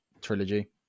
trilogy